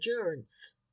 endurance